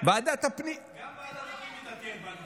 גם ועדת הפנים מתעדכנת בתקשורת.